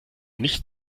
nicht